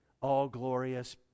all-glorious